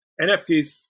NFTs